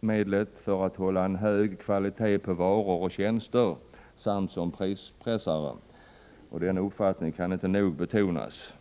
medlet för att hålla en hög kvalitet på varor och tjänster och för att pressa priserna. Denna uppfattning kan inte nog betonas.